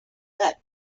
that